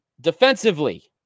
Defensively